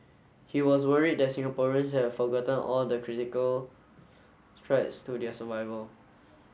he was worried that Singaporeans have forgotten all the critical threats to their survival